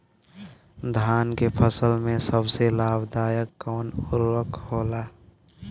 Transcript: धान के फसल में सबसे लाभ दायक कवन उर्वरक होला?